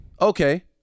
okay